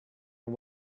and